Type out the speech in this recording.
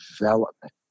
development